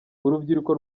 urubyiruko